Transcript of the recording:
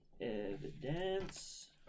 Evidence